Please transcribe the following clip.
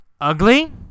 ugly